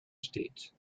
steht